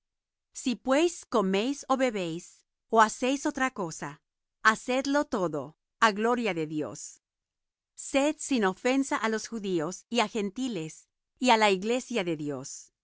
si pues coméis ó bebéis ó hacéis otra cosa haced lo todo á gloria de dios sed sin ofensa á judíos y á gentiles y á la iglesia de dios